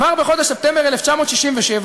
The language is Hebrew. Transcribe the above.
כבר בחודש ספטמבר 1967,